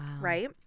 Right